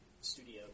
studio